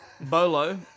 Bolo